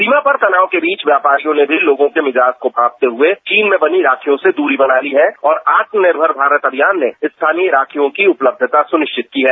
सीमा पर तनाव के बीच व्यापारियों ने भी लोगों के मिजाज को भांपते हुए चीन में बनी राखियों से दूरी बना ली है और आत्मनिर्भर भारत अभियान में स्थानीय राखियों की उपलब्धता सुनिश्चत की है